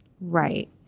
Right